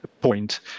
point